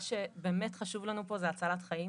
מה שבאמת חשוב לנו פה זו הצלת חיים,